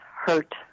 hurt